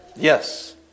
Yes